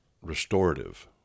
restorative